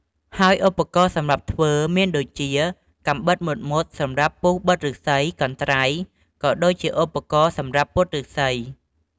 ហើយឧបករណ៍សម្រាប់ធ្វើមានដូចជា កាំបិតមុតៗសម្រាប់ពុះបិតឫស្សី កន្ត្រៃ ក៏ដូចជាឧបករណ៍សម្រាប់ពត់ឫស្សី។